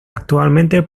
actualmente